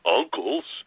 uncles